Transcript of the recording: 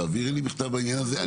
תעבירי לי מידע בעניין הזה.